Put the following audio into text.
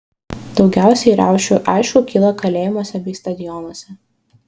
daugiausiai riaušių aišku kyla kalėjimuose bei stadionuose